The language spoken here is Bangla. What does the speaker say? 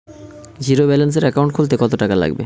জিরোব্যেলেন্সের একাউন্ট খুলতে কত টাকা লাগবে?